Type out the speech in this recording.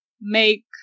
make